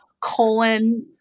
colon